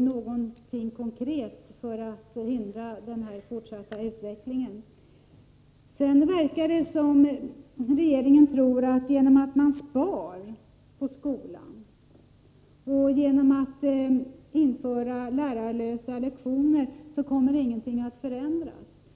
något konkret görs för att förhindra en sådan här utveckling. Vidare verkar det som om regeringen tror att genom att man spar på skolans område och genom att man inför lärarlösa lektioner kommer ingenting att förändras.